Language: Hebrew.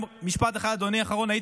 משפט אחד אחרון, אדוני.